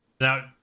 now